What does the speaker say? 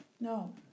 No